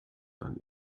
dann